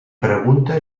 pregunta